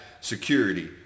security